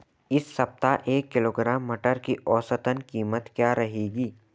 इस सप्ताह एक किलोग्राम मटर की औसतन कीमत क्या रहेगी?